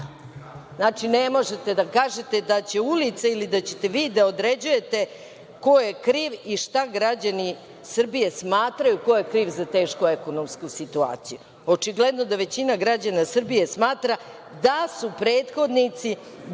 Znači, ne možete da kažete da će ulice ili da ćete vi da određujete ko je kriv i šta građani Srbije smatraju ko je kriv za tešku ekonomsku situaciju. Očigledno da većina građana Srbije smatra da su prethodnici,